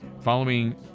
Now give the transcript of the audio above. following